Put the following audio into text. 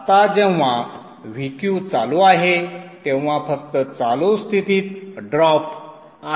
आता जेव्हा Vq चालू आहे तेव्हा फक्त चालू स्थितीत ड्रॉप आहे